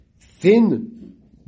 thin